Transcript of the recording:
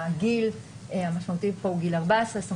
שהגיל המשמעותי פה הוא גיל 14. זאת